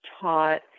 taught